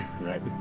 Right